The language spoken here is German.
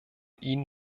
ihnen